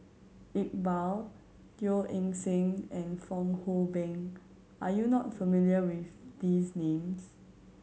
Iqbal Teo Eng Seng and Fong Hoe Beng are you not familiar with these names